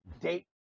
date